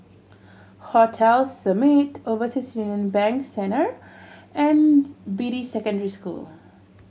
Hotel Summit Overseas Union Bank Centre and Beatty Secondary School